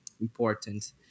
important